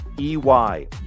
EY